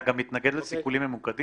אתה גם מתנגד לסיכולים ממוקדים?